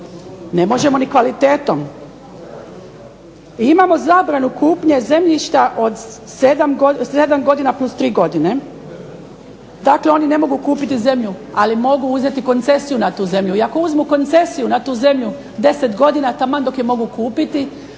ne možemo ni kvalitetom i imamo zabranu kupnje zemljišta od 7 godina + 3 godine, dakle oni ne mogu kupiti zemlju ali mogu uzeti koncesiju na tu zemlju i ako uzmu koncesiju na tu zemlju 10 godina taman dok ju mogu kupiti,